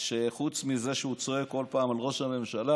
שחוץ מזה שהוא צועק כל פעם על ראש הממשלה